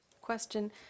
Question